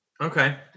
Okay